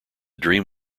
dream